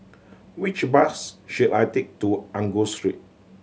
which bus should I take to Angus Street